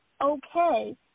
okay